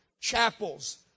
chapels